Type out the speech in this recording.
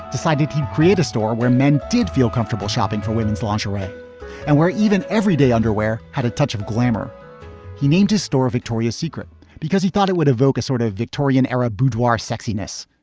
decided he'd create a store where men did feel comfortable shopping for women's lingerie and where even everyday underwear had a touch of glamour he named his store victoria's secret because he thought it would evoke a sort of victorian era boudoir sexiness.